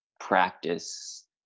practice